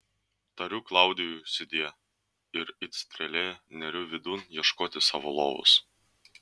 tariu klaudijui sudie ir it strėlė neriu vidun ieškoti savo lovos